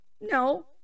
No